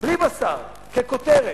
בלי בשר, ככותרת.